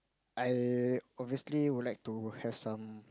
I obviously would like to have some